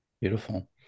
Beautiful